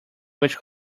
which